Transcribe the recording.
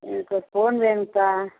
எனக்கு ஒரு ஃபோன் வேணுப்பா